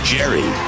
Jerry